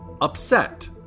upset